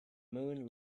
moon